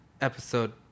episode